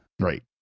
right